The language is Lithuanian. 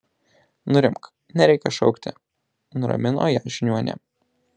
nurimk nereikia šaukti nuramino ją žiniuonė